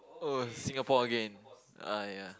oh Singapore again !aiya!